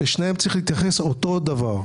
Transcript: צריך להתייחס אל שניהם אותו הדבר.